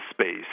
space